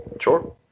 sure